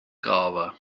caoba